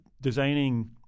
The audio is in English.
designing